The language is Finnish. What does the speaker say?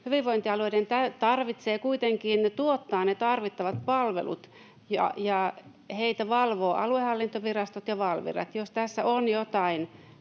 hyvinvointialueiden tarvitsee kuitenkin tuottaa ne tarvittavat palvelut, ja heitä valvovat aluehallintovirastot ja Valvira. Jos tässä on jotain